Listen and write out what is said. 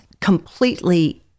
completely